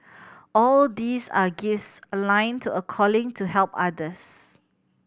all these are gifts aligned to a calling to help others